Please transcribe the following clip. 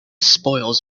spoils